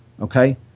okay